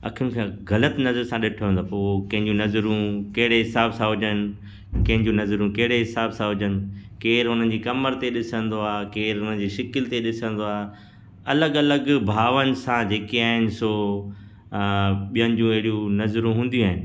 अखियुनि खां ग़लति नज़र सां ॾिठनि त पोइ कंहिंजी नज़रुं केड़े हिसाब सां हुजन कंहिंजी नज़रूं कहिड़े हिसाब सां हुजनि केर उन्हनि जी कमर ते ॾिसंदो आहे केरु उन जी शिकिल ते ॾिसंदो आहे अलॻि अलॻि भावनि सां जेके आहिनि सो ॿियनि जी अहिड़ियूं नज़रुं हूंदियूं आहिनि